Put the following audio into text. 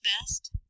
best